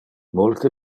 multe